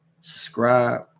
subscribe